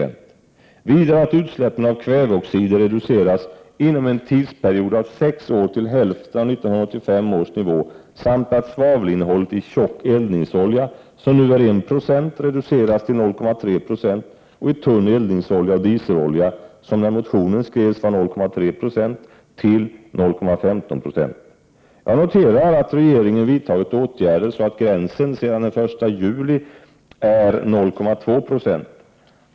Vidare kräver jag att utsläppen av kvävedioxider reduceras inom en tidsperiod av sex år till hälften av 1985 års nivå samt att svavelinnehållet i tjock eldningsolja, som nu är 1 96, reduceras till 0,3 20, och i tunn eldningsolja och dieselolja, som när motionen skrevs var 0,3 96, reduceras till 0,15 96. Jag noterar att regeringen har vidtagit åtgärder, så att gränsen sedan den 1 juli är 0,2 20.